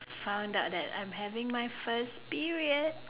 found out that I'm having my first period